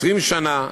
20 שנה,